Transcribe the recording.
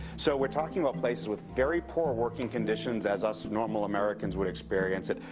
so, we're talking about places with very poor working conditions as us normal americans would experience it,